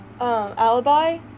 alibi